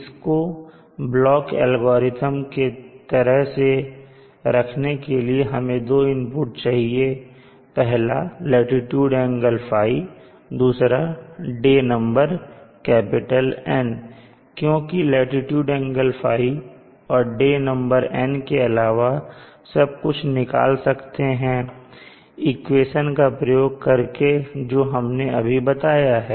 इसको block algorithm के तरह से रखने के लिए हमें दो इनपुट चाहिए पहला लाटीट्यूड एंगल ϕ और दूसरा डे नंबर N क्योंकि लाटीट्यूड एंगल ϕ और डी नंबर N के अलावा सब कुछ निकाल सकते हैं इक्वेशन का प्रयोग करके जो हमने अभी बताया है